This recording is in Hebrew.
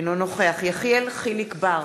אינו נוכח יחיאל חיליק בר,